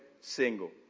single